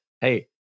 Hey